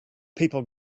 people